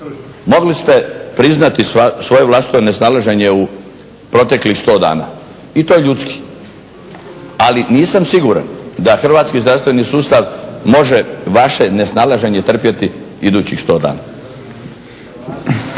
Mogli ste priznati svoje vlastito nesnalaženje u proteklih 100 dana i to je ljudski. Ali nisam siguran da Hrvatski zdravstveni sustav može vaše nesnalaženje trpjeti idućih 100 dana.